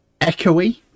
Echoey